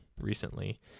recently